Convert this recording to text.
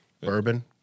bourbon